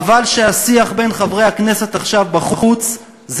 חבל שהשיח בין חברי הכנסת עכשיו בחוץ הוא